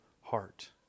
heart